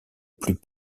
plus